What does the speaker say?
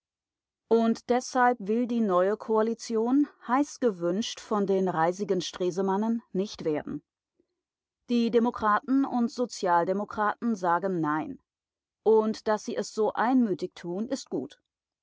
und deshalb will die neue koalition heiß gewünscht von den reisigen stresemannen nicht werden die demokraten und sozialdemokraten sagen nein und daß sie es so einmütig tun ist gut